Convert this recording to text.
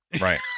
Right